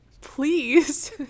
please